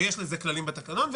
ויש לזה כללים בתקנון,